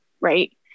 right